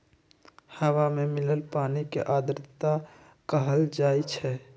हवा में मिलल पानी के आर्द्रता कहल जाई छई